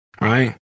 right